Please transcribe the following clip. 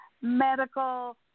medical